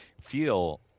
feel